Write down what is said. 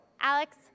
Alex